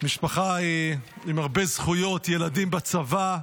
משפחה עם הרבה זכויות, ילדים בצבא.